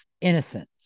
innocence